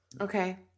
Okay